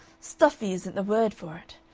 stuffy isn't the word for it.